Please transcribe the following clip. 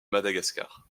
madagascar